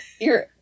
you're-